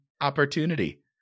opportunity